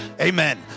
amen